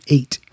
Eight